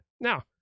Now